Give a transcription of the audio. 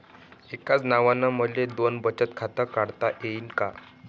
एकाच नावानं मले दोन बचत खातं काढता येईन का?